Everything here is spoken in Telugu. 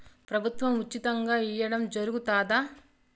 ప్రభుత్వం ఉచితంగా ఇయ్యడం జరుగుతాదా?